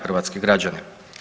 Hrvatski građani.